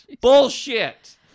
Bullshit